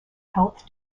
health